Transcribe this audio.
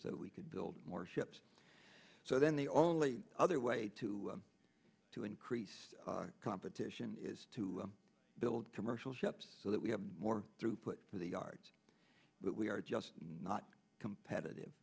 s that we could build more ships so then the only other way to to increase competition is to build commercial ships so that we have more throughput for the arts but we are just not competitive